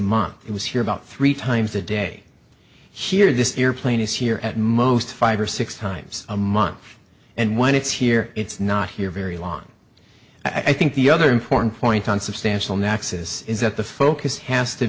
month he was here about three times a day here this airplane is here at my most five or six times a month and when it's here it's not here very long i think the other important point on substantial nexus is that the focus has to